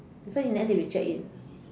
so you never they reject it